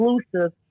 exclusive